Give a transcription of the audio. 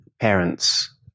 parents